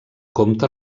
comte